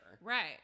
Right